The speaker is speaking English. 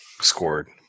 scored